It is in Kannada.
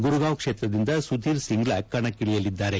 ಗುರ್ಗಾಂವ್ ಕ್ಷೇತ್ರದಿಂದ ಸುಧೀರ್ ಸಿಂಗ್ಡಾ ಕಣಕ್ಕಿ ಳಿಯಲಿದ್ದಾರೆ